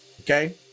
okay